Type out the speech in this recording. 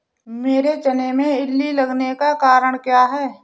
मेरे चने में इल्ली लगने का कारण क्या है?